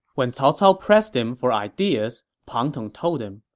when cao cao pressed him for ideas, pang tong told him,